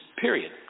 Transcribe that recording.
period